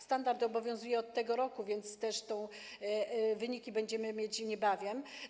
Standard obowiązuje od tego roku, więc też tu wyniki będziemy mieć niebawem.